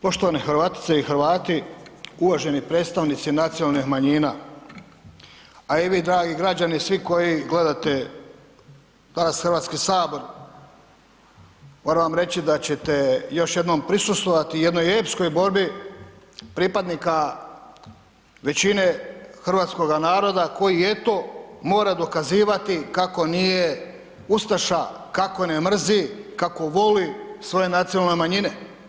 Poštovane Hrvatice i Hrvati, uvaženi predstavnici nacionalnih manjina, a i vi dragi građani svi koji gledate danas HS moram vam reći da ćete još jednom prisustvovati jednoj epskoj borbi pripadnika većine hrvatskoga naroda koji eto mora dokazivati kako nije ustaša, kako ne mrzi, kako voli svoje nacionalne manjine.